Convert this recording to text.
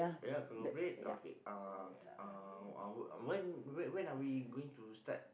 ya collaborate okay uh uh when when are we going to start